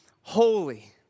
holy